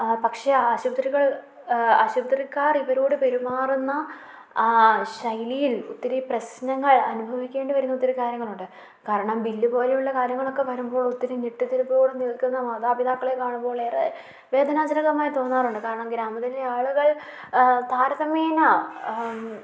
പക്ഷെ ആ ആശുപത്രികൾ ആശുപത്രിക്കാർ ഇവരോട് പെരുമാറുന്ന ശൈലിയിൽ ഒത്തിരി പ്രശ്നങ്ങൾ അനുഭവിക്കേണ്ടി വരുന്ന ഒത്തിരി കാര്യങ്ങളുണ്ട് കാരണം ബില്ല് പോലെയുള്ള കാര്യങ്ങളൊക്കെ വരുമ്പോൾ ഒത്തിരി ഞെട്ടിത്തിരിപ്പോടെ നിൽക്കുന്ന മാതാപിതാക്കളെ കാണുമ്പോൾ ഏറെ വേദനാജനകമായി തോന്നാറുണ്ട് കാരണം ഗ്രാമത്തിലെ ആളുകൾ താരതമ്യേന